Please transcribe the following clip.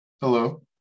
Hello